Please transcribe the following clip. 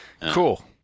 Cool